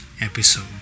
episode